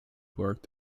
worked